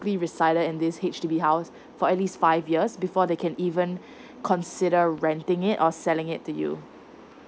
physically resided in this H_D_B house for at least five years before they can even consider renting it or selling it to you